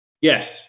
Yes